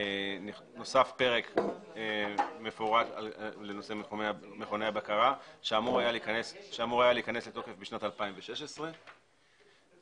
נוסף פרק מפורט לנושא מכוני הבקרה שאמור היה להיכנס לתוקף בשנת 2016,